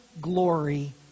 glory